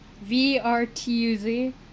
V-R-T-U-Z